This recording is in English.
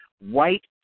white